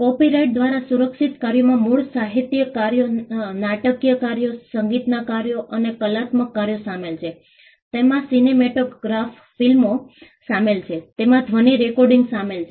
copyright દ્વારા સુરક્ષિત કાર્યોમાં મૂળ સાહિત્યિક કાર્યો નાટકીય કાર્યો સંગીતનાં કાર્યો અને કલાત્મક કાર્યો શામેલ છે તેમાં સિનેમેટોગ્રાફ ફિલ્મો શામેલ છે તેમાં ધ્વનિ રેકોર્ડિંગ્સ શામેલ છે